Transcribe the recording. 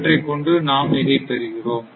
இவற்றைக் கொண்டு நாம் இதை பெறுகிறோம்